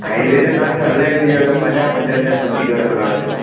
highway ते तव्हांखे हलाइणी हुजे त पंजाह पंजवंजाह सम्झी करे हलण जो